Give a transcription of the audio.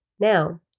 Now